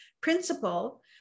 principle